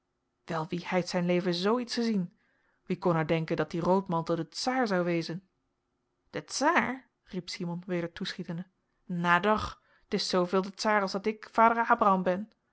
wel wie heit zijn leven zoo iets ezien wie kon nou denken dat die roodmantel de tsaar zou wezen de tsaar riep simon weder toeschietende nha doch t is zooveel de tsaar as dat hik vader abraham ben